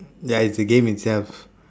ya it's the game itself